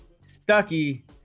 Stucky